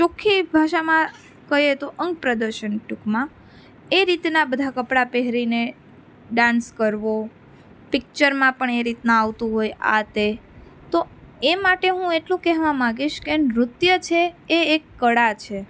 ચોખ્ખી ભાષામાં કહી તો અંગપ્રદર્શન ટૂંકમાં એ રીતના બધા કપડા પહેરીને ડાન્સ કરવો પિક્ચરમાં પણ એ રીતના આવતું હોય આ તે તો એ માટે હું એટલું કહેવા માંગીશ કે નૃત્ય છે એ એક કળા છે